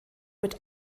mit